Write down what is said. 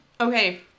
Okay